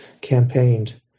campaigned